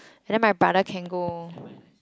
and then my brother can go